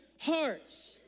hearts